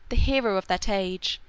the hero of that age,